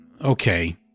Okay